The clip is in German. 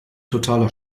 totaler